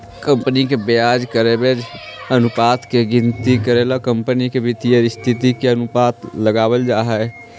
company के ब्याज coverage अनुपात के गिनती करके कंपनी के वित्तीय स्थिति के अनुमान लगावल जा हई